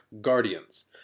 Guardians